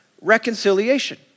reconciliation